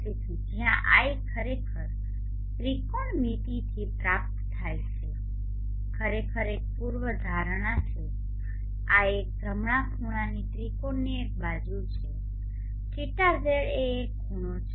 તેથી જ્યાં l ખરેખર ત્રિકોણમિતિથી પ્રાપ્ત થાય છે l ખરેખર એક પૂર્વધારણા છે આ એક જમણા ખૂણાની ત્રિકોણની એક બાજુ છે θz એ એક ખૂણો છે